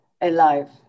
alive